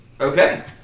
okay